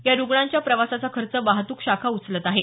या रुग्णांच्या प्रवासाचा खर्च वाहतूक शाखा उचलत आहे